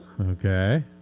Okay